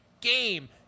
game